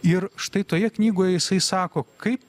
ir štai toje knygoje jisai sako kaip